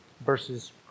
versus